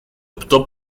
optó